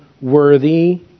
worthy